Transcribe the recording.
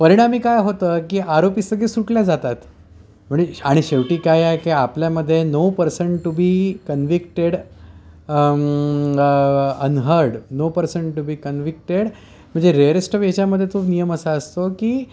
परिणामी काय होतं की आरोपी सगळे सुटले जातात म्हणजे आणि शेवटी काय आहे की आपल्यामध्ये no person to be convicted unheard no person to be convicted म्हणजे रेअरेस्ट ऑफ याच्यामध्ये तो नियम असा असतो की